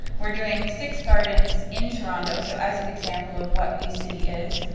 we're doing six gardens in toronto, so as an example of what bee city is,